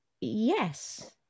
yes